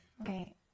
Okay